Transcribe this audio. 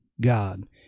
God